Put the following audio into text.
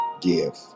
give